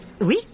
oui